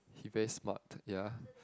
he very smart ya